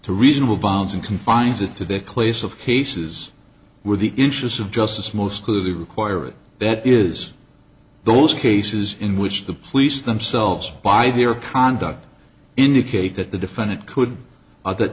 to reasonable balance in confines it to the clase of cases where the interests of justice most clearly require it that is those cases in which the police themselves by their conduct indicate that the defendant could that the